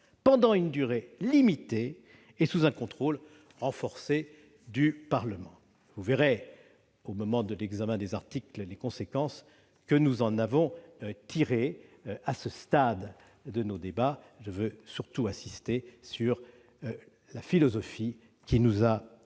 pour une durée limitée et sous un contrôle renforcé du Parlement. Vous verrez, au moment de l'examen des articles, quelles conséquences nous en avons tirées. À ce stade de nos débats, je veux surtout insister sur la philosophie qui nous a inspirés.